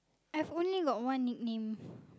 I have only got one nickname